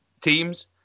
teams